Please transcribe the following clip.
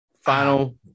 Final